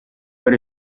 per